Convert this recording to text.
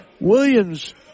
Williams